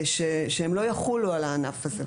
היא שהם לא יחולו על הענף הזה.